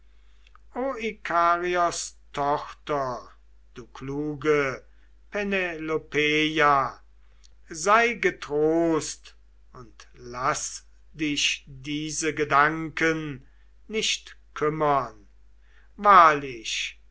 o ikarios tochter du kluge penelopeia sei getrost und laß dich diese gedanken nicht kümmern wahrlich